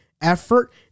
effort